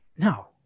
No